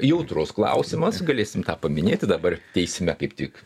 jautrus klausimas galėsim tą paminėti dabar teisime kaip tik